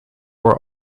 were